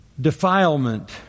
defilement